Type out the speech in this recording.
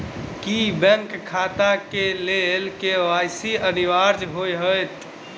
की bank खाता केँ लेल के.वाई.सी अनिवार्य होइ हएत?